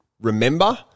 remember